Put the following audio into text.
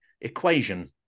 equation